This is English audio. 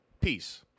Peace